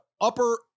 upper